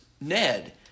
Ned